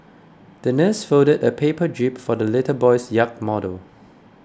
the nurse folded a paper jib for the little boy's yacht model